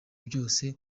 byose